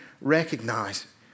recognize